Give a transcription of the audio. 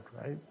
right